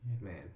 man